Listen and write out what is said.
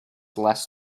less